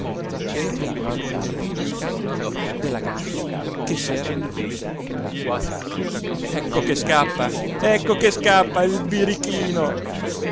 riapriva lo sportellino a scatto della gabbia che s'era richiuso ecco che scappa ecco che scappa il birichino